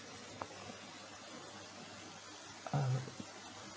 uh